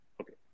Okay